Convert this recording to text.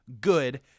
good